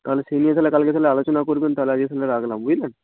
তাহলে সেই নিয়ে তাহলে কালকে তাহলে আলোচনা করবেন তাহলে আজকে ফোনটা রাখলাম বুঝলেন